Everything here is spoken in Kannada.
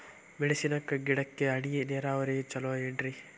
ಮೆಣಸಿನ ಗಿಡಕ್ಕ ಹನಿ ನೇರಾವರಿ ಛಲೋ ಏನ್ರಿ?